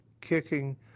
kicking